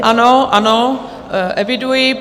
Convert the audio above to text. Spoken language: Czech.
Ano, ano, eviduji.